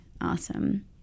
awesome